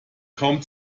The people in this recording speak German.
kaum